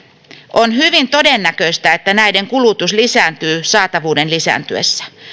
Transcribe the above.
on hyvin todennäköistä että näiden kulutus lisääntyy saatavuuden lisääntyessä